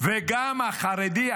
וגם החרדי.